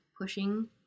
pushing